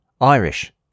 Irish